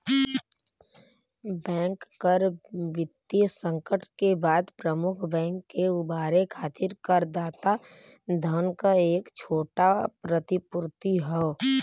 bank कर वित्तीय संकट के बाद प्रमुख बैंक के उबारे खातिर करदाता धन क एक छोटा प्रतिपूर्ति हौ